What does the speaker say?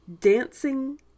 Dancing